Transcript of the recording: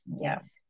Yes